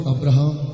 Abraham